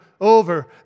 over